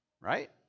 right